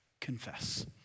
Confess